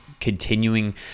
continuing